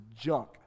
junk